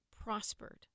prospered